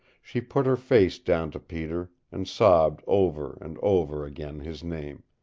she put her face down to peter and sobbed over and over again his name.